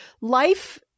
life